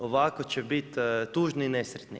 Ovako će biti tužni i nesretni.